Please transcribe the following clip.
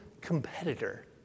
competitor